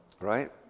Right